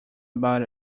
about